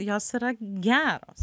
jos yra geros